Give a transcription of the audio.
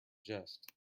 jest